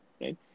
Right